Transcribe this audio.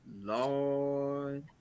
Lord